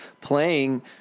playing